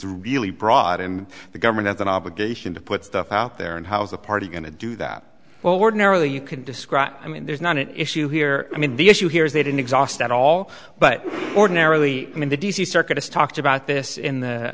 a really broad and the government has an obligation to put stuff out there and how is the party going to do that well we're narrowly you can describe i mean there's not an issue here i mean the issue here is they didn't exhaust at all but ordinarily in the d c circuit has talked about this in the